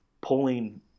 pulling